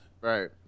right